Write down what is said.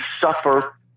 suffer